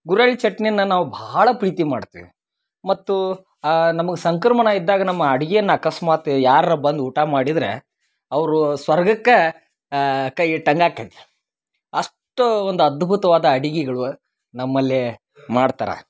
ಗುರೇಳ್ ಚಟ್ನಿನ ನಾವು ಬಹಳ ಪ್ರೀತಿ ಮಾಡ್ತೀವಿ ಮತ್ತು ನಮ್ಗ ಸಂಕ್ರಮಣ ಇದ್ದಾಗ ನಮ್ಮ ಅಡ್ಗಿಯನ್ನ ಅಕಸ್ಮಾತು ಯಾರರ ಬಂದು ಊಟ ಮಾಡಿದರೆ ಅವರು ಸ್ವರ್ಗಕ್ಕೆ ಕೈ ಇಟ್ಟಂಗ ಆಕ್ಕತಿ ಅಷ್ಟು ಒಂದು ಅದ್ಭುತವಾದ ಅಡಿಗೆಗಳು ನಮ್ಮಲ್ಲಿ ಮಾಡ್ತರೆ